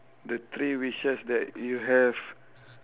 the three wishes that you have